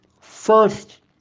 First